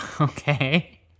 Okay